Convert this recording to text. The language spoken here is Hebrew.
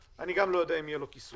אני גם לא יודע אם יהיה לו כיסוי.